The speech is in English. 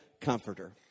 comforter